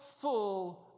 full